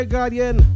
Guardian